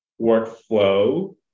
workflow